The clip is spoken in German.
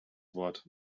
wort